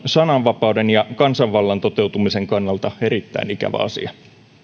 sananvapauden ja kansanvallan toteutumisen kannalta erittäin ikävä asia